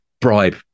bribe